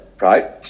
right